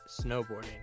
Snowboarding